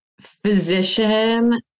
physician